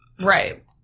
Right